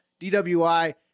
DWI